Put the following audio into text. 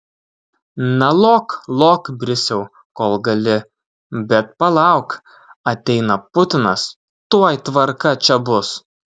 na lok lok brisiau kol gali bet palauk ateina putinas tuoj tvarka čia bus